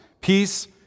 Peace